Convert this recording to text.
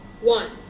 one